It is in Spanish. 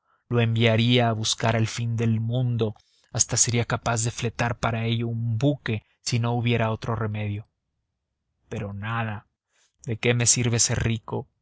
lo enviaría a buscar al fin del mundo hasta sería capaz de fletar para ello un buque si no hubiera otro remedio pero nada de qué me sirve ser rico